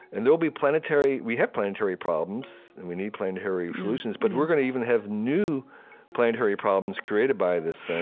and there will be planetary we have planetary problems, and we need planetary solutions, but we're gonna even have new planetary problems created by this thing,